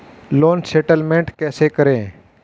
Loan settlement कैसे करें?